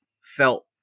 felt